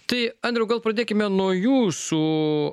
tai andriau gal pradėkime nuo jūsų